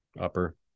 upper